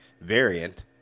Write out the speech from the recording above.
variant